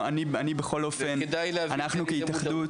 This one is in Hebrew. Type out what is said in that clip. אנחנו כהתאחדות,